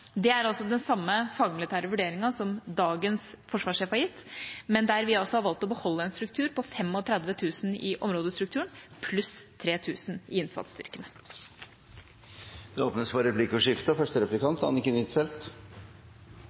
Det er den samme fagmilitære vurderingen som dagens forsvarssjef har gitt, men der vi altså har valgt å beholde en struktur på 35 000 i områdestrukturen, pluss 3 000 i innsatsstyrkene. Det blir replikkordskifte. Denne debatten begynner å ligne mer og